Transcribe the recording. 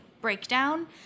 breakdown